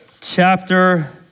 chapter